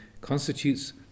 constitutes